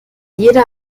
jeder